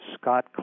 Scott